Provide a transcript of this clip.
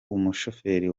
umushoferi